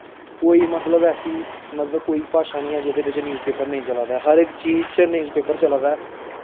कोई मतलब ऐसी मतलब कोई भाशा निं ऐ जेह्दे बिच न्यूज़ पेपर निं चला दा ऐ हर इक चीज च न्यूज़ पेपर चला दा ऐ